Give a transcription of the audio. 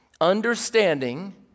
understanding